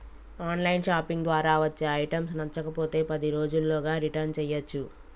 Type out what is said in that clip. on line shopping ద్వారా వచ్చే items నచ్చకపోతే పది రోజుల్లోగా రిటర్న్ చేయ్యచ్చు